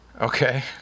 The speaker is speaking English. okay